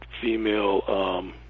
female